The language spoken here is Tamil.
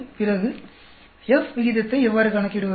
பிறகு F விகிதத்தை எவ்வாறு கணக்கிடுவது